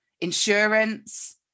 insurance